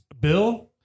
Bill